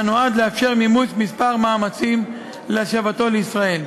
שנועד לאפשר מימוש כמה מאמצים להשבתו לישראל.